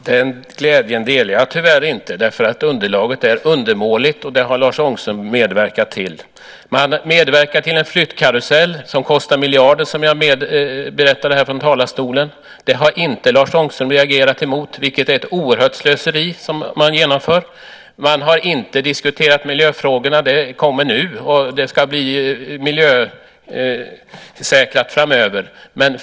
Herr talman! Den glädjen delar jag tyvärr inte eftersom underlaget är undermåligt. Det har Lars Ångström medverkat till. Man medverkar till en flyttkarusell som kostar miljarder, vilket jag berättade från talarstolen. Det har inte Lars Ångström reagerat emot. Det är ett oerhört slöseri. Man har inte diskuterat miljöfrågorna. Det kommer nu att det ska bli miljösäkrat framöver.